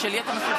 את שלי אתה משאיר